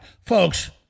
folks